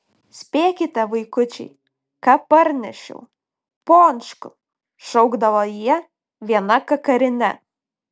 spėkite vaikučiai ką parnešiau pončkų šaukdavo jie viena kakarine